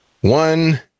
one